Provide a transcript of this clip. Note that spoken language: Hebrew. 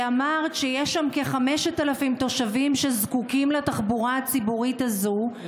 אמרת שיש שם כ-5,000 תושבים שזקוקים לתחבורה הציבורית הזאת,